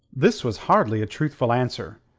this was hardly a truthful answer.